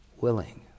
willing